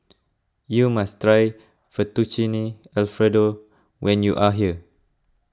you must try Fettuccine Alfredo when you are here